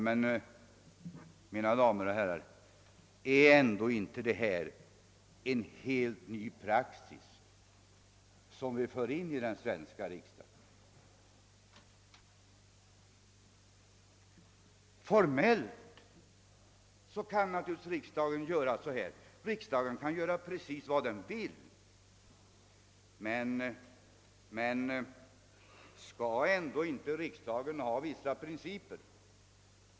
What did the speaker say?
Men, mina damer och herrar, innebär inte detta att vi inför en helt ny praxis i den svenska riksdagen? Formellt kan naturligtvis riksdagen göra så här. Riksdagen kan göra precis vad den vill. Men skall riksdagen ändå inte iaktta vissa principer?